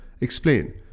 explain